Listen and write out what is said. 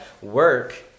work